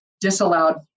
disallowed